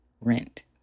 rent